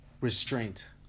restraint